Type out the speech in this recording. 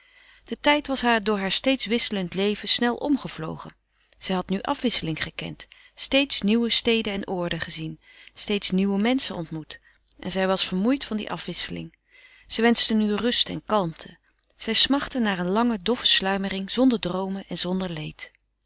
de tijd was haar door heur steeds wisselend leven snel omgevlogen zij had nu afwisseling gekend steeds nieuwe steden en oorden gezien steeds nieuwe menschen ontmoet en zij was vermoeid van die afwisseling zij wenschte nu rust en kalmte zij smachtte naar een lange doffe sluimering zonder droomen en zonder leed